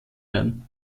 werden